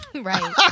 right